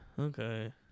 Okay